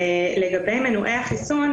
לגבי מנועי החיסון.